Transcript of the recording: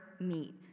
meet